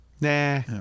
Nah